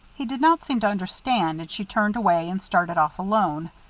he did not seem to understand, and she turned away and started off alone.